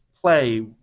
play